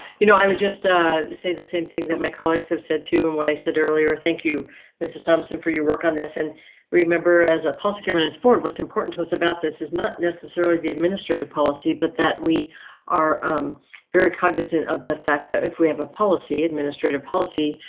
you know, i would just say the same thing that my colleagues have said too. and what i said earlier. thank you mrs thompson for your work on this. and remember, as a positive and and sport what's important to us about this is not necessarily the administrative policy, but that we are very cognizant of the fact that if we have a policy administrative policy,